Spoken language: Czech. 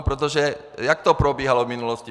Protože jak to probíhalo v minulosti?